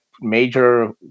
major